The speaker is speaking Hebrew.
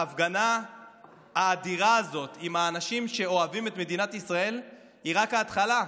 ההפגנה האדירה הזאת עם האנשים שאוהבים את מדינת ישראל היא רק ההתחלה.